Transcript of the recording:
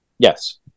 Yes